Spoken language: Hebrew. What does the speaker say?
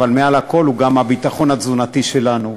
אבל מעל הכול היא גם הביטחון התזונתי שלנו.